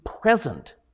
present